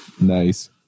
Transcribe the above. Nice